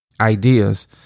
ideas